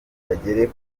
bagere